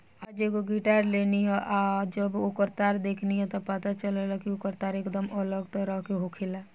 आज एगो गिटार लेनी ह आ जब ओकर तार देखनी त पता चलल कि ओकर तार एकदम अलग तरह के होखेला